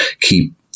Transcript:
keep